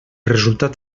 resultat